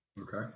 Okay